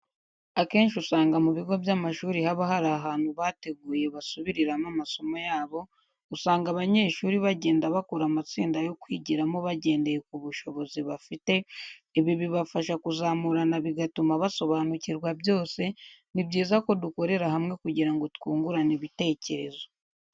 Akenshi usanga mu bigo by'amashuri haba hari ahantu bateguye basubiriramo amasomo yabo, usanga abanyeshuri bagenda bakora amatsinda yo kwigiramo bagendeye ku bushobozi bafite, ibi bibafasha kuzamurana bigatuma basobanukirwa byose, ni byiza ko dukorera hamwe kugira ngo twungurane ibitekerezo.